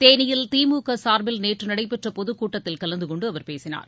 தேனியில் திமுக சார்பில் நேற்று நடைபெற்ற பொதுக்கூட்டத்தில் கலந்துகொண்டு அவர் பேசினார்